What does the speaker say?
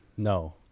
No